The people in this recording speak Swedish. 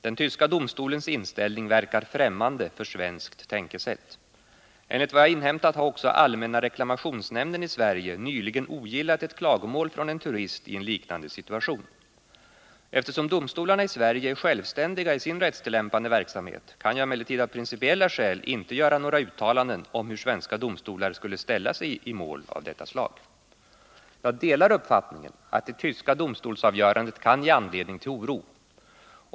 Den tyska domstolens inställning verkar främmande för svenskt tänkesätt. Enligt vad jag har inhämtat har också allmänna reklamationsnämnden i Sverige nyligen ogillat ett klagomål från en turist i en liknande situation. Eftersom domstolarna i Sverige är självständiga i sin rättstillämpande verksamhet kan jag emellertid av principiella skäl inte göra några uttalanden om hur svenska domstolar skulle ställa sig i mål av detta slag. Jag delar uppfattningen att det tyska domstolsavgörandet kan ge anledning till oro.